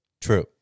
True